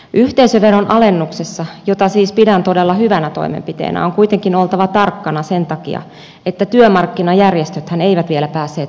yhteisöveron alennuksessa jota siis pidän todella hyvänä toimenpiteenä on kuitenkin oltava tarkkana sen takia että työmarkkinajärjestöthän eivät vielä päässeet sopimukseen